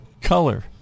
color